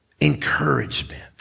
encouragement